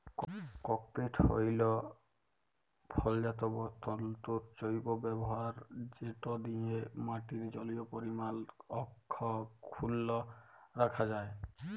cocopeat হ্যইল ফলজাত তল্তুর জৈব ব্যাভার যেট দিঁয়ে মাটির জলীয় পরিমাল অখ্খুল্ল রাখা যায়